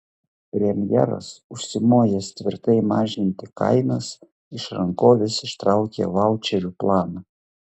premjeras užsimojęs tvirtai mažinti kainas iš rankovės ištraukė vaučerių planą